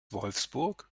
wolfsburg